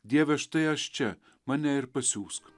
dieve štai aš čia mane ir pasiųsk